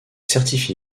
certifié